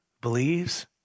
believes